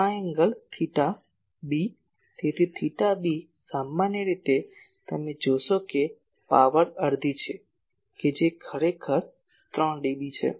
આ ખૂણો થિટા b તેથી થીટા b સામાન્ય રીતે તમે જોશો કે પાવર અડધી છે કે જે ખરેખર 3 ડીબી છે